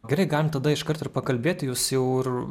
gerai galim tada iš kart ir pakalbėti jūs jau ir